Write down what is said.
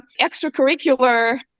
extracurricular